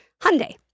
Hyundai